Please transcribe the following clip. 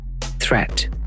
Threat